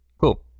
Cool